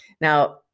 Now